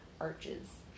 arches